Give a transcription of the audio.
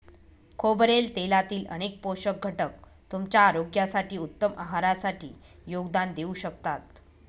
खोबरेल तेलातील अनेक पोषक घटक तुमच्या आरोग्यासाठी, उत्तम आहारासाठी योगदान देऊ शकतात